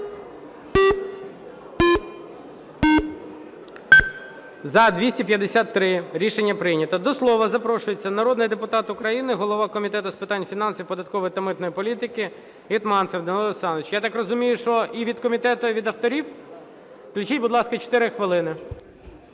За-253 Рішення прийнято. До слова запрошується народний депутат України, голова Комітету з питань фінансів, податкової та митної політики Гетманцев Данило Олександрович. Я так розумію, що і від комітету, і від авторів? Включіть, будь ласка, 4 хвилини.